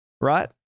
right